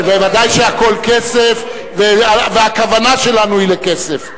ודאי שהכול כסף והכוונה שלנו היא לכסף,